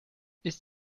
ist